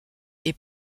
est